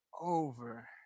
over